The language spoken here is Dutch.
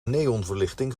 neonverlichting